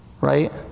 right